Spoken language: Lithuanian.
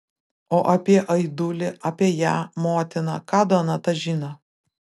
o apie aidulį apie ją motiną ką donata žino